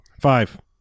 Five